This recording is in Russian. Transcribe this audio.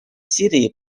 сирии